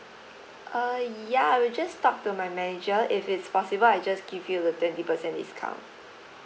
uh ya will just talk to my manager if it's possible I'll just give you the twenty percent discount